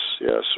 yes